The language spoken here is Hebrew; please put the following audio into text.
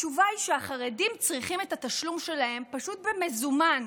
התשובה היא שהחרדים צריכים את התשלום שלהם פשוט במזומן,